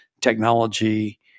technology